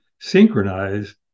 synchronized